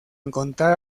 encontrar